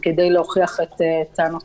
גבי נמצאת איתנו בזום והיא תשיב על השאלות האלה.